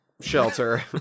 shelter